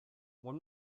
one